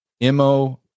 MO